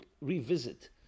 revisit